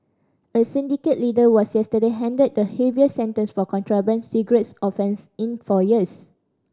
a syndicate leader was yesterday handed the heaviest sentence for contraband cigarette offence in four years